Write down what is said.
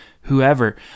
whoever